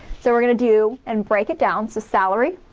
so we're gonna do and break it down. so salary,